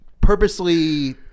purposely